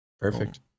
Perfect